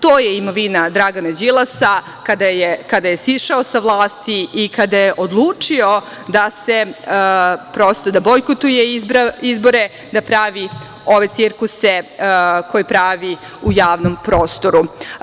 To je imovina Dragana Đilasa kada je sišao sa vlasti i kada je odlučio da bojkotuje izbore, da pravi ove cirkuse koje pravi u javnom prostoru.